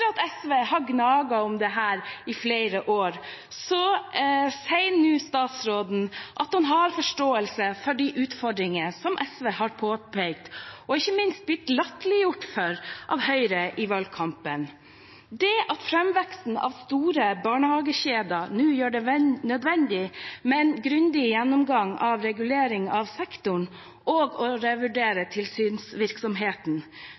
at SV har gnaget om dette i flere år, sier statsråden nå at han har forståelse for de utfordringer som SV har påpekt – og ikke minst blitt latterliggjort for av Høyre i valgkampen – at framveksten av store barnehagekjeder nå gjør det nødvendig med en grundig gjennomgang av regulering av sektoren og å